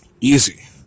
easy